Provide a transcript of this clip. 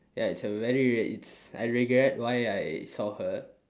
ya it's a very it's I regret why I saw her